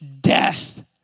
death